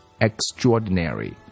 extraordinary